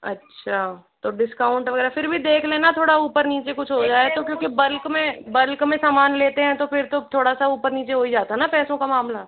अच्छा तो डिस्काउंट वगैरह फिर भी देख लेना थोड़ा ऊपर नीचे कुछ हो जाए तो क्योंकि बल्क में बल्क में सामान लेते हैं तो फिर तो थोड़ा सा ऊपर नीचे हो ही जाता है ना पैसों का मामला